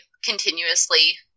continuously